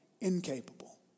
incapable